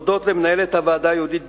אני רוצה להודות למנהלת הוועדה יהודית גידלי,